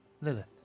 Lilith